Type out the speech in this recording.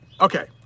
okay